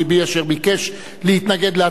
להתנגד להצעת החוק,